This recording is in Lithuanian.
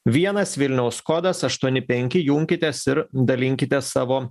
vienas vilniaus kodas aštuoni penki junkitės ir dalinkitės savo